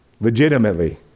Legitimately